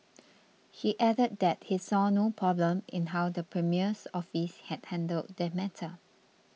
he added that he saw no problem in how the premier's office had handled the matter